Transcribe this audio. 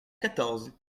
quatorze